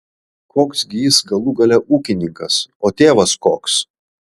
koks gi jis galų gale ūkininkas o tėvas koks